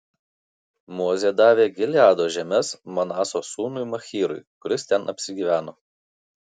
mozė davė gileado žemes manaso sūnui machyrui kuris ten apsigyveno